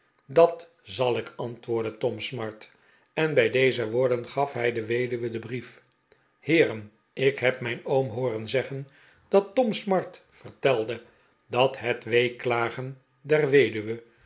dat zal ik antwoordde tom smart en bij deze woorden gaf hij de weduwe den brief heeren ik heb mijn oom hooren zeggen dat tom smart vertelde dat het weeklagen der weduwe